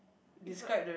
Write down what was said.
with a